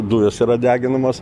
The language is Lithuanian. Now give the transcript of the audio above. dujos yra deginamos